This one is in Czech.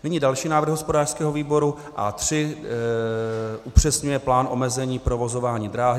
Nyní další návrh hospodářského výboru A3 upřesňuje plán omezení provozování dráhy.